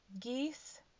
geese